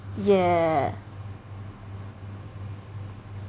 yeah